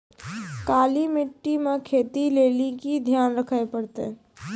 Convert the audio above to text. काली मिट्टी मे खेती लेली की ध्यान रखे परतै?